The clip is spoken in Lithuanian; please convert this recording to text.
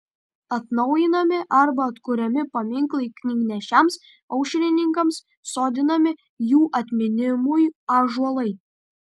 atnaujinami arba atkuriami paminklai knygnešiams aušrininkams sodinami jų atminimui ąžuolai